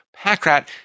Packrat